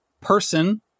person